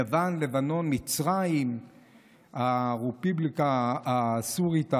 יוון, לבנון, מצרים, הרפובליקה הסורית הראשונה,